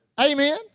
Amen